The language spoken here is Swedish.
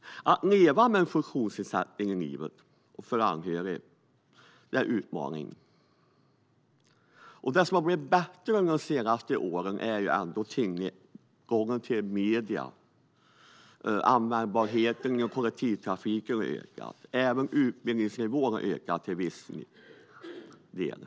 Att leva med en funktionsnedsättning innebär utmaningar i livet och för anhöriga. Det som blivit bättre de senaste åren är tillgängligheten till medier. Användbarheten inom kollektivtrafiken har ökat. Även utbildningsnivån har ökat till viss del.